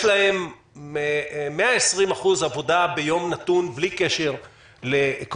יש להם 120% עבודה ביום נתון בלי קשר לקורונה,